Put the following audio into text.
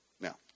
Now